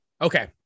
Okay